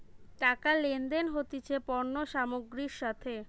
টাকা লেনদেন হতিছে পণ্য সামগ্রীর সাথে